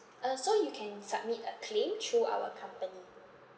uh so you can submit a claim through our company